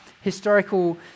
historical